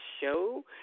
show